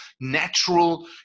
natural